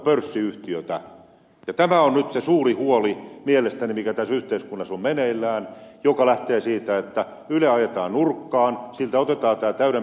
tämä on nyt se suuri huoli mielestäni mikä tässä yhteiskunnassa on meneillään joka lähtee siitä että yle ajetaan nurkkaan siltä otetaan pois tämä täyden palvelun tehtävä